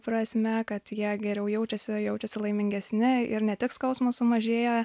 prasme kad jie geriau jaučiasi jaučiasi laimingesni ir ne tik skausmas sumažėja